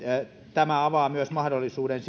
tämä avaa myös mahdollisuuden